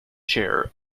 chair